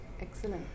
Excellent